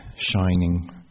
shining